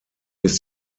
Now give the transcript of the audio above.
ist